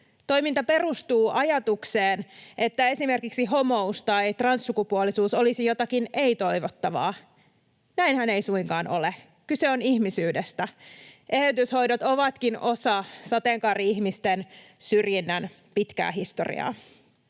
Toiminta perustuu ajatukseen, että esimerkiksi homous tai transsukupuolisuus olisi jotakin ei-toivottavaa. Näinhän ei suinkaan ole. Kyse on ihmisyydestä. Eheytyshoidot ovatkin osa sateenkaari-ihmisten syrjinnän pitkää historiaa.